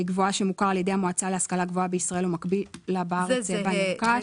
על-ידי המועצה להשכלה גבוהה בישראל או מקביל לה בארץ שבה נרכש.